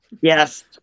Yes